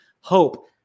hope